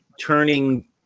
turning